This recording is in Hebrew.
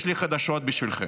יש לי חדשות בשבילכם: